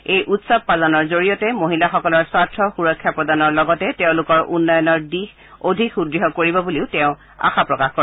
এই উৎসৱ পালনৰ জৰিয়তে মহিলাসকলৰ স্বাৰ্থ সুৰক্ষা প্ৰদানৰ লগতে তেওঁলোকৰ উন্নয়নৰ দিশ অধিক সুদ্য় কৰিব বুলি তেওঁ আশা প্ৰকাশ কৰে